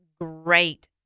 great